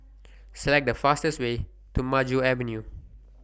Select The fastest Way to Maju Avenue